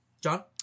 John